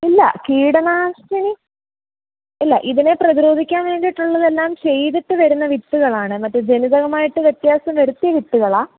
ഇല്ല കീടനാശിനി ഇല്ല ഇതിനെ പ്രതിരോധിക്കാൻ വേണ്ടിയിട്ടുള്ളതെല്ലാം ചെയ്തിട്ടു വരുന്ന വിത്തുകളാണ് മറ്റേ ജനിതകമായിട്ട് വ്യത്യാസം വരുത്തിയ വിത്തുകളാണ്